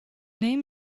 name